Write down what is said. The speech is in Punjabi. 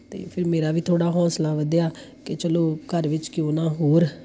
ਅਤੇ ਫਿਰ ਮੇਰਾ ਵੀ ਥੋੜ੍ਹਾ ਹੌਂਸਲਾ ਵਧਿਆ ਕਿ ਚਲੋ ਘਰ ਵਿੱਚ ਕਿਉਂ ਨਾ ਹੋਰ